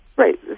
Right